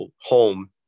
home